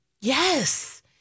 Yes